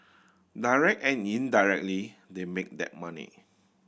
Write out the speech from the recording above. direct and indirectly they make that money